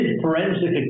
forensic